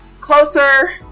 closer